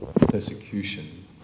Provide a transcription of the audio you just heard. persecution